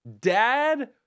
Dad